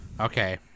Okay